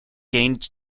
gained